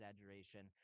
exaggeration